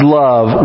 love